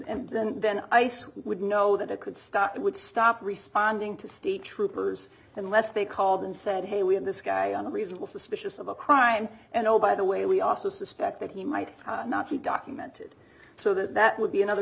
applies and then ice would know that it could stop it would stop responding to state troopers unless they called and said hey we have this guy on a reasonable suspicious of a crime and oh by the way we also suspect that he might not be documented so that would be another